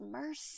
mercy